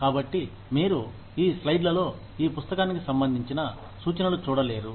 కాబట్టి మీరు ఈ స్లైడ్ లలో ఈ పుస్తకానికి సంబంధించిన సూచనలు చూడలేరు